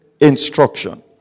instruction